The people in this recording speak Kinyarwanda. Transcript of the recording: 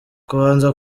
kubanza